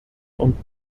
und